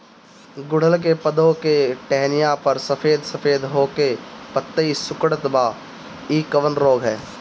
गुड़हल के पधौ के टहनियाँ पर सफेद सफेद हो के पतईया सुकुड़त बा इ कवन रोग ह?